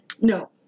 No